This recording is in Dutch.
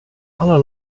alle